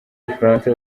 ubufaransa